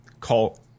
call